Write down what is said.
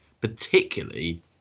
particularly